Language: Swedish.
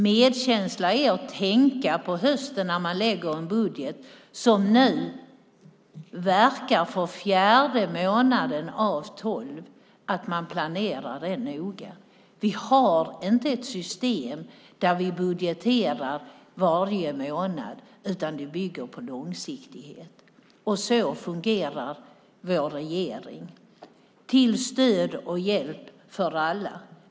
Medkänsla för oss är att tänka på hösten när man lägger fram en budget som nu verkar för fjärde månaden av tolv. Man måste planera detta noga. Vi har inte system där vi budgeterar varje månad, utan det bygger på långsiktighet. Så fungerar vår regering till stöd och hjälp för alla.